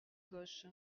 gauche